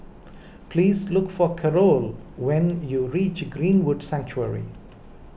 please look for Karol when you reach Greenwood Sanctuary